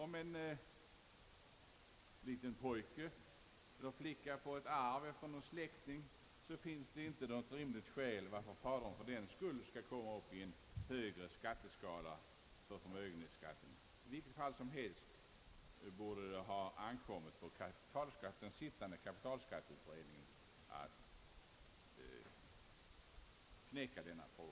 Om en liten pojke eller flicka får ett arv efter en släkting finns det inte något rimligt skäl till att fadern fördenskull skall komma upp i en högre skatteskala vad beträffar förmögenhetsskatten. I vilket fall som helst borde det ha ankommit på den sittande kapitalskatteutredningen att knäcka denna fråga.